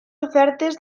ofertes